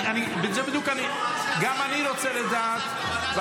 גם אני רוצה לדעת,